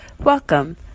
Welcome